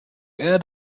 add